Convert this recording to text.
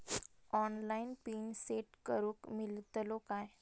Online PIN set करूक मेलतलो काय?